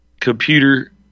Computer